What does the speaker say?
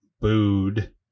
booed